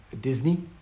Disney